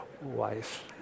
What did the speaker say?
wife